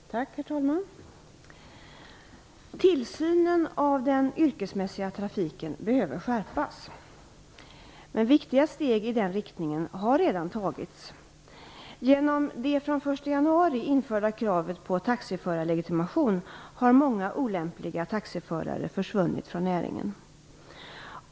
Herr talman! Tillsynen över den yrkesmässiga trafiken behöver skärpas. Viktiga steg i den riktningen har redan tagits. Genom det från den 1 januari införda kravet på taxiförarlegitimation har många olämpliga taxiförare försvunnit från näringen.